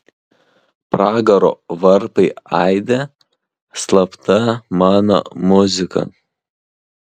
pragaro varpai aidi slapta mano muzika